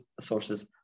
sources